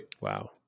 Wow